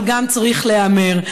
אבל גם צריך להיאמר.